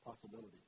possibility